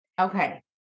Okay